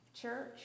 Church